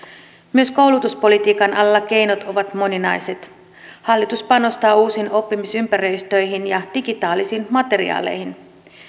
myös koulutuspolitiikan alalla keinot ovat moninaiset hallitus panostaa uusiin oppimisympäristöihin ja digitaalisiin materiaaleihin